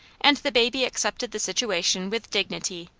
and the baby accepted the situation with dignity.